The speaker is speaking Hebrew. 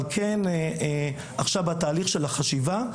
אבל כן עכשיו בתהליך של החשיבה,